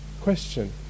Question